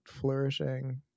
flourishing